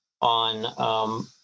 on